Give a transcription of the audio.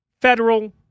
federal